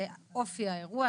ואופי האירוע,